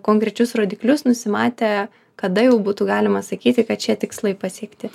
konkrečius rodiklius nusimatę kada jau būtų galima sakyti kad šie tikslai pasiekti